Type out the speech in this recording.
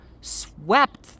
swept